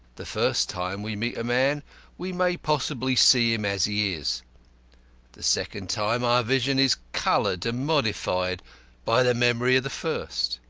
the first time we meet a man we may possibly see him as he is the second time our vision is coloured and modified by the memory of the first.